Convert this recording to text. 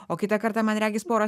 o kitą kartą man regis porą